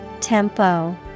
Tempo